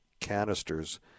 canisters